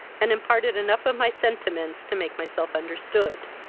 and imparted enough of my sentiments to make myself understood.